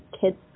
kids